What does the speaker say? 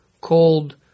called